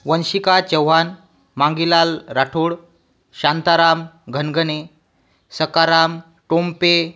वंशिका चव्हाण मांगीलाल राठोड शांताराम घनघने सखाराम टोंगपे